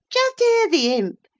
just hear the imp.